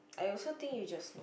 I also think you just know